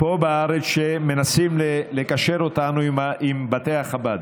פה בארץ שמנסים לקשר אותנו עם בתי החב"ד.